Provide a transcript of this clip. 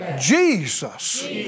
Jesus